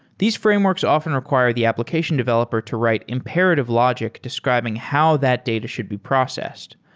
these frameworks often require the application developer to write imperative logic describing how that data should be processed.